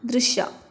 ದೃಶ್ಯ